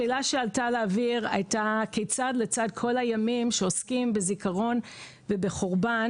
השאלה שעלתה לאוויר הייתה: כיצד לצד כל הימים שעוסקים בזיכרון ובחורבן,